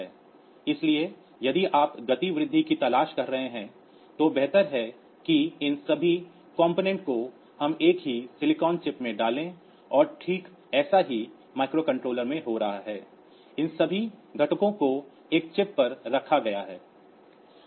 इसलिए यदि आप गति वृद्धि की तलाश कर रहे हैं तो बेहतर है कि इन सभी घटकों को हम एक ही सिलिकॉन चिप में डालें और ठीक ऐसा ही माइक्रोकंट्रोलर में हो रहा है कि इन सभी घटकों को एक चिप पर रखा गया है